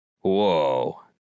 Whoa